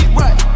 right